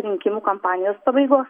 rinkimų kampanijos pabaigos